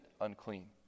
unclean